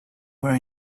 were